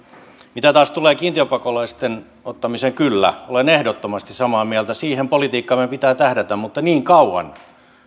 mitä taas tulee kiintiöpakolaisten ottamiseen kyllä olen ehdottomasti samaa mieltä siihen politiikkaan meidän pitää tähdätä mutta niin kauan